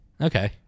Okay